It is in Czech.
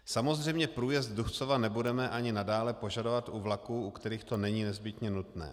Samozřejmě průjezd Duchcova nebudeme ani nadále požadovat u vlaků, u kterých to není nezbytně nutné.